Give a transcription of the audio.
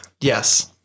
Yes